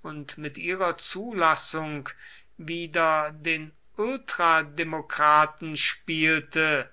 und mit ihrer zulassung wieder den ultrademokraten spielte